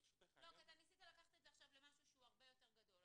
אתה ניסית לקחת את זה עכשיו למשהו שהוא הרבה יותר גדול.